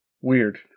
Weird